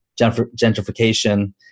gentrification